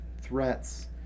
threats